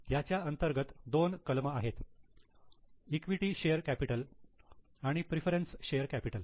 याच्या अंतर्गत दोन कलम आहेत इक्विटी शेअर कॅपिटल आणि प्रेफरन्स शेअर कॅपिटल